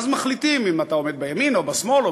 ואז מחליטים אם אתה עומד בימין או בשמאל או